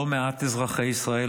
לא מעט אזרחי ישראל,